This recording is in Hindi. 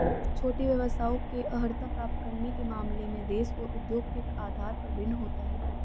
छोटे व्यवसायों में अर्हता प्राप्त करने के मामले में देश और उद्योग के आधार पर भिन्न होता है